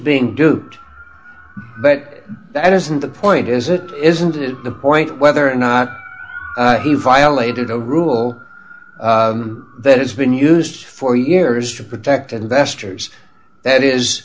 being duped but that isn't the point is it isn't it the point whether or not he violated a rule that has been used for years to protect investors that is